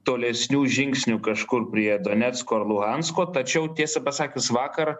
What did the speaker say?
tolesnių žingsnių kažkur prie donecko ar luhansko tačiau tiesą pasakius vakar